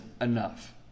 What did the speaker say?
enough